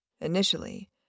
Initially